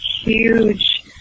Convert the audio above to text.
huge